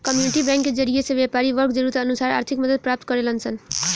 community bank के जरिए से व्यापारी वर्ग जरूरत अनुसार आर्थिक मदद प्राप्त करेलन सन